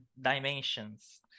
dimensions